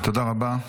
תודה רבה.